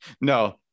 no